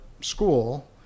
school